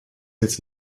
jetzt